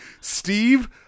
Steve